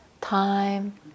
time